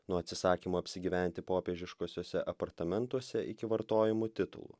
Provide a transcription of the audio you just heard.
nuo atsisakymo apsigyventi popiežiškuosiuose apartamentuose iki vartojamų titulų